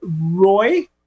Roy